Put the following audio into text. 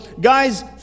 guys